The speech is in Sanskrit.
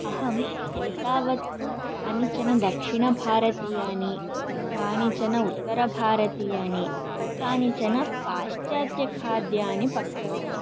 अहम् एतावत्तु कानिचन दक्षिणभारतीयानि कानिचन उत्तरभारतीयानि कानिचन पाश्चात्यखाद्यानि पक्ववती